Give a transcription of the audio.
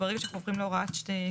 ברגע שאנחנו הופכים להוראת קבע,